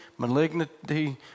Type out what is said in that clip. Malignity